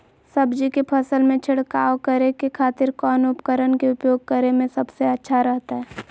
सब्जी के फसल में छिड़काव करे के खातिर कौन उपकरण के उपयोग करें में सबसे अच्छा रहतय?